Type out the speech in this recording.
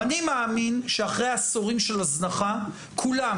אני מאמין שאחרי עשורים של הזנחה, כולם